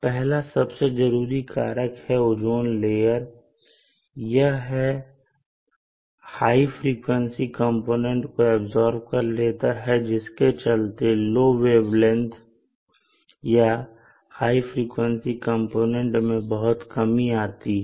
पहला सबसे जरूरी कारक ओज़ोन लेयर है यह हाई फ्रिकवेंसी कंपोनेंट को ऐब्सॉर्ब कर लेता है जिसके चलते लो वेवलेंथ या हाई फ्रीक्वेंसी कंपोनेंट में बहुत कमी आती है